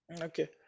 Okay